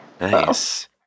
Nice